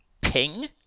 ping